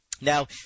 Now